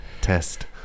test